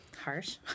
harsh